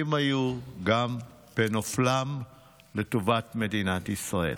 גיבורים היו גם בנופלם לטובת מדינת ישראל.